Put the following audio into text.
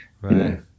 Right